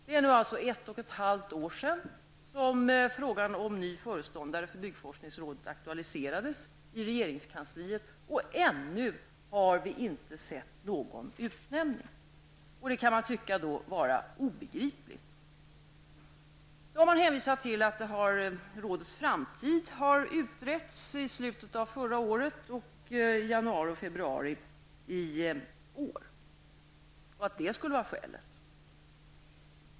Det är nu ett och ett halvt år sedan som frågan om ny föreståndare för byggförskningsrådet aktualiserades i regeringskansliet. Ännu har vi inte sett någon utnämning, och det kan då tyckas vara obegripligt. Man har hänvisat till att rådets framtid har utretts i slutet av förra året och januari-februari i år och att det skulle vara skälet.